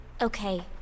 Okay